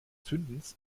zündens